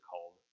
called